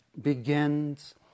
begins